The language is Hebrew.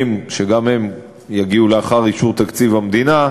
אני צדקתי, גברתי המזכירה.